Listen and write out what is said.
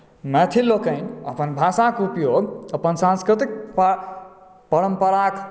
मैथिल लोकनि अपन भाषाकेँ उपयोग अपन सांस्कृतिक परम्पराक